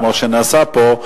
כמו שנעשה פה.